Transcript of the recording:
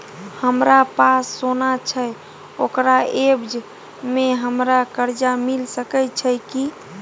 हमरा पास सोना छै ओकरा एवज में हमरा कर्जा मिल सके छै की?